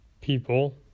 people